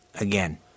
again